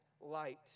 light